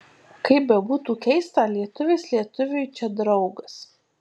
kaip bebūtų keista lietuvis lietuviui čia draugas